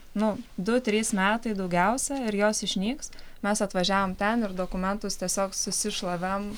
nu du trys metai daugiausia ir jos išnyks mes atvažiavom ten ir dokumentus tiesiog susišlavėm